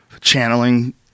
channeling